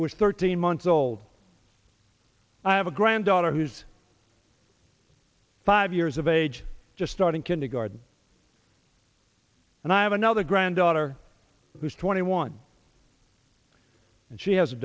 is thirteen months old i have a granddaughter who's five years of age just starting kindergarten and i have another granddaughter who's twenty one and she has a